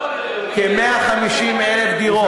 לבנות כ-150,000 דירות,